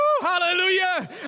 hallelujah